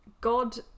god